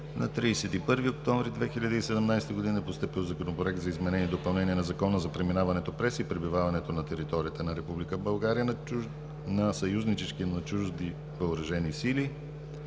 На 31 октомври 2017 г. е постъпил Законопроект за изменение и допълнение на Закона за преминаването през и пребиваването на територията на Република България на съюзнически и на чужди въоръжени сили.